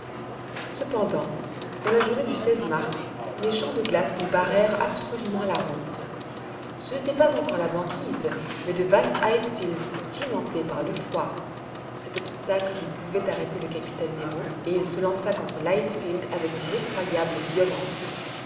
cependant dans la journée du mars les champs de glace nous barrèrent absolument la route ce n'était pas encore la banquise mais de vastes ice fields cimentés par le froid cet obstacle ne pouvait arrêter le capitaine nemo et il se lança contre lice field avec une effroyable violence